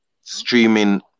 streaming